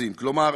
כלומר,